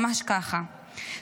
ממש ככה.